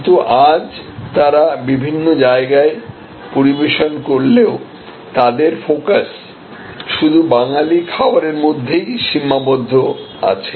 কিন্তুআজ তারা বিভিন্ন জায়গায় পরিবেশন করলেও তাদের ফোকাস শুধু বাঙালি খাবারের মধ্যেই সীমাবদ্ধ আছে